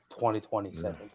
2027